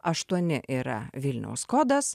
aštuoni yra vilniaus kodas